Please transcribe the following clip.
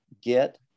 Get